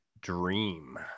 dream